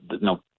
no